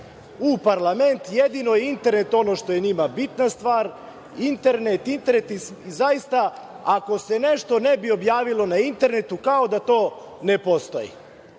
u parlament, jedino je internet ono što je njima bitna stvar, internet, internet. Zaista, ako se nešto ne bi objavilo na internetu kao da to ne postoji.